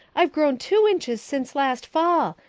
i've grown two inches since last fall.